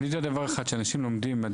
אני יודע דבר אחד שאנשים לומדים עד